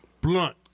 Blunt